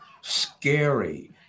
scary